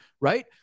right